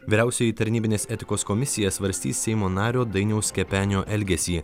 vyriausioji tarnybinės etikos komisija svarstys seimo nario dainiaus kepenio elgesį